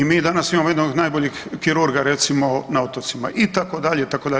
I mi danas imamo jednog od najboljih kirurga recimo na otocima, itd., itd.